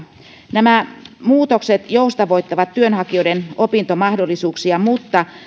nämä muutokset joustavoittavat työnhakijoiden opintomahdollisuuksia mutta